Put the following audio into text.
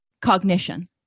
cognition